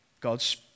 god's